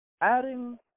adding